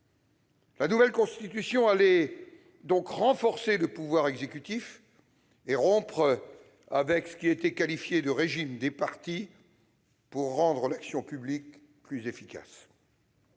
La nouvelle Constitution allait donc renforcer le pouvoir exécutif et rompre avec ce que l'on qualifiait de « régime des partis » pour rendre l'action publique plus efficace.